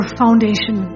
foundation